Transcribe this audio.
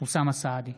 אוסאמה סעדי,